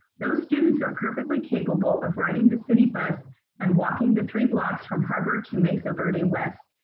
those students are perfectly capable of riding the city bus and walking the three blocks from harbor to mesa verde west.